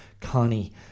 Connie